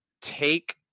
take